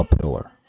pillar